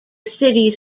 city